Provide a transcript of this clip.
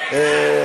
איתן,